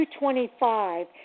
225